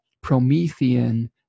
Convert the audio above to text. Promethean